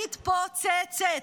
מתפוצצת.